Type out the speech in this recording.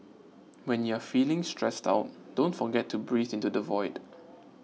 when you are feeling stressed out don't forget to breathe into the void